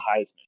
Heisman